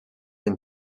and